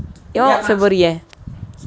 your [one] what february kan